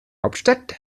hauptstadt